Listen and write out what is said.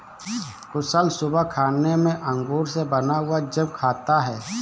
कुशल सुबह खाने में अंगूर से बना हुआ जैम खाता है